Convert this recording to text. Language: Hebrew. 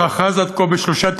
אחז עד כה בשלושה תיקים,